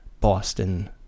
Boston